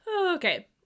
Okay